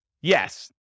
Yes